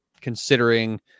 considering